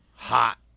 hot